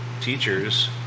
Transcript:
teachers